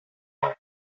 all